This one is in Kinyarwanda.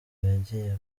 yagiye